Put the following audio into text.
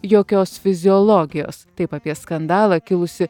jokios fiziologijos taip apie skandalą kilusį